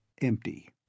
empty